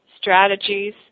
strategies